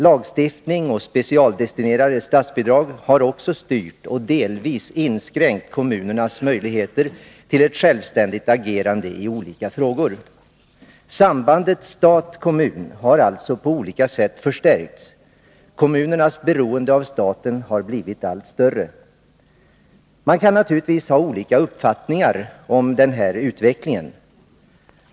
Lagstiftning och specialdestinerade statsbidrag har också styrt och delvis inskränkt kommunernas möjligheter till ett självständigt agerande i olika frågor. Sambandet stat-kommun har alltså på olika sätt förstärkts. Kommunernas beroende av staten har blivit allt större. Man kan naturligtvis ha olika uppfattningar om den här utvecklingen.